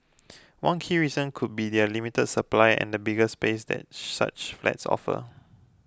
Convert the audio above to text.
one key reason could be their limit supply and the bigger space that such flats offer